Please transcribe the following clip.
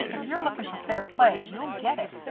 if you're looking for fair play, you'll get it.